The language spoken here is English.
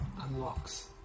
unlocks